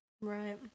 Right